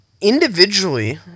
Individually